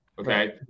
Okay